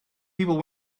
people